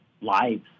lives